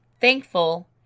thankful